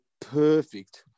perfect